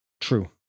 True